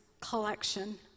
collection